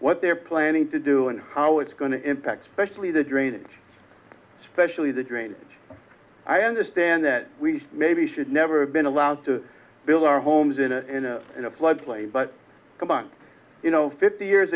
what they're planning to do and how it's going to impact specially the drainage specially the drainage i understand that we maybe should never have been allowed to build our homes in a flood plain but c'mon fifty years